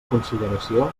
consideració